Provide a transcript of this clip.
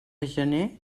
gener